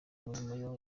mirimo